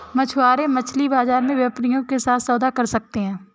मछुआरे मछली बाजार में व्यापारियों के साथ सौदा कर सकते हैं